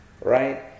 right